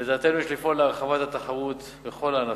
לדעתנו יש לפעול להרחבת התחרות בכל הענפים: